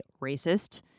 racist